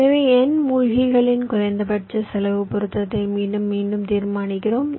எனவே N மூழ்கிகளின் குறைந்தபட்ச செலவு பொருத்தத்தை மீண்டும் மீண்டும் தீர்மானிக்கிறோம்